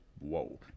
Whoa